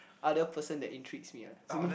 other person that intrigues me ah it's only